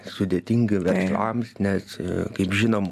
sudėtingi verslams nes kaip žinom